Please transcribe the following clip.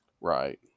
Right